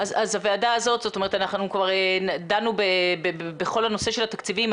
אנחנו כבר דנו בכל הנושא של התקציבים.